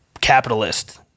capitalist